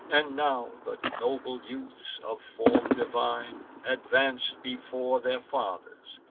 and now the noble youths, of form divine, advance before their fathers,